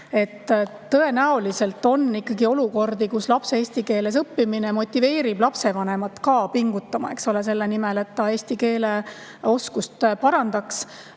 Tõenäoliselt on olukordi, kus lapse eesti keeles õppimine motiveerib lapsevanemat ka pingutama selle nimel, et ta oma eesti keele oskust parandaks.